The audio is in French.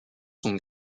sont